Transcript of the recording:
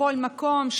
בכל מקום,